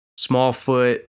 Smallfoot